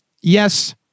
yes